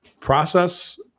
Process